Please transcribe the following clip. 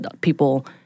People